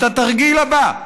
את התרגיל הבא.